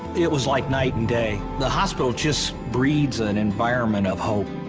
it was like night and day. the hospital just breeds an environment of hope.